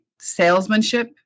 salesmanship